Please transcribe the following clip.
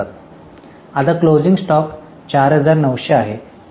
आता closing stock 4900 आहे